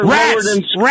rats